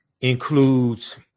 includes